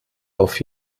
auf